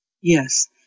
Yes